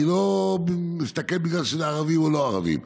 אני לא מסתכל אם אלו ערבים או לא ערבים.